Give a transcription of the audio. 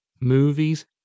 movies